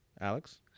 alex